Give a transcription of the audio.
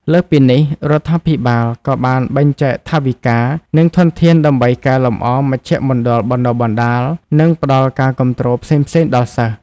លើសពីនេះ រដ្ឋាភិបាលក៏បានបែងចែកថវិកា និងធនធានដើម្បីកែលម្អមជ្ឈមណ្ឌលបណ្តុះបណ្តាល និងផ្តល់ការគាំទ្រផ្សេងៗដល់សិស្ស។